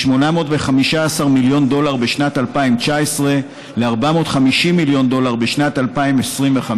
מ-815 מיליון דולר בשנת 2019 ל-450 מיליון דולר בשנת 2025,